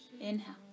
Inhale